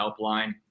helpline